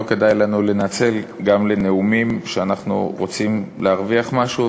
לא כדאי לנו לנצל גם לנאומים שאנחנו רוצים להרוויח בהם משהו,